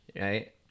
right